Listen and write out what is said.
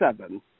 seven